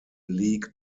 league